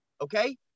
okay